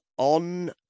on